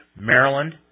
Maryland